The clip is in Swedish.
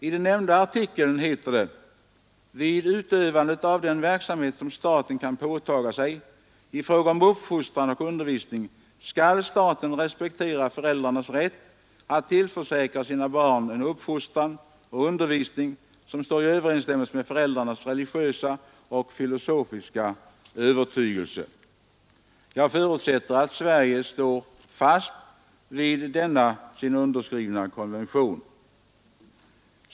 I den nämnda artikeln heter det: ”Vid utövandet av den verksamhet staten kan påtaga sig i fråga om uppfostran och undervisning skall staten respektera föräldrarnas sätt att tillförsäkra sina barn en uppfostran och undervisning som står i överensstämmelse med föräldrarnas religiösa och filosofiska övertygelse.” Jag förutsätter att Sverige står fast vid denna sin underskrivna konvention.